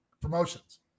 promotions